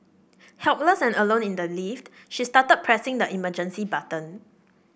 helpless and alone in the lift she started pressing the emergency button